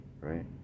right